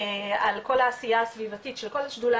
על כל העשייה הסביבתית של כל השדולה